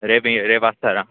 రేపు రేపు వస్తారా